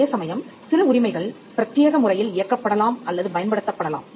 அதேசமயம் சில உரிமைகள் பிரத்தியேக முறையில் இயக்கப் படலாம் அல்லது பயன்படுத்தப்படலாம்